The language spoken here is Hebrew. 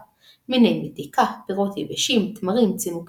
המנהג לקרצף את כל הבית בצהרי תשעה באב,